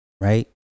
right